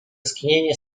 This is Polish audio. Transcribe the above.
skinienie